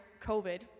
COVID